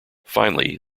finally